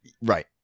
right